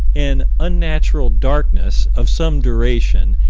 an unnatural darkness of some duration,